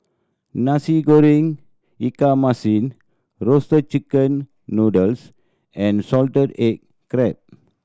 Nasi Goreng ikan masin roasted chicken noodles and salted egg crab